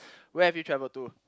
where have you travelled to